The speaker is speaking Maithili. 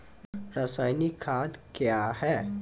रसायनिक खाद कया हैं?